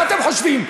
מה אתם חושבים?